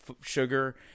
sugar